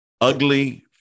ugly